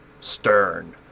stern